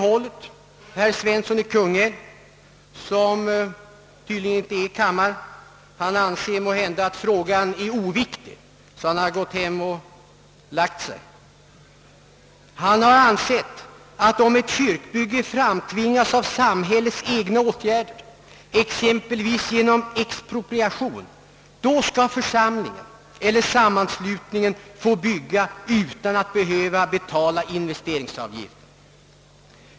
Herr Svensson i Kungälv, som tydligen inte är närvarande i kammaren — han anser måhända att frågan är så oviktig, att han gått hem och lagt sig — har deklarerat, att om kyrkobyggen framtvingas av samhällets egna åtgärder, exempelvis genom expropriation, så skall församlingen eller sammanslutningen få bygga utan att betala investeringsavgift.